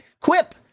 Quip